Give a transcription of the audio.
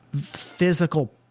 physical